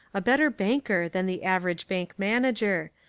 a better banker than the average bank manager,